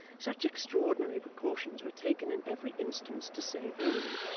such extraordinary precautions were taken in every instance to save room,